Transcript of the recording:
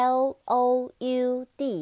loud